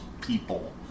people